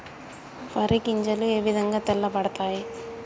వరి గింజలు ఏ విధంగా తెల్ల పడతాయి?